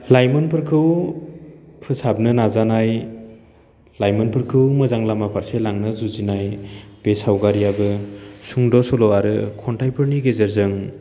लाइमोनफोरखौ फोसाबनो नाजानाय लाइमोनफोरखौ मोजां लामा फारसे लांनो जुजिनाय बे सावगारियाबो सुंद' सल' आरो खन्थाइफोरनि गेजेरजों